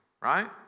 Right